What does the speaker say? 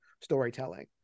storytelling